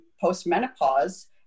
post-menopause